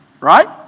Right